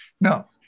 No